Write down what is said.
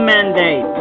Mandate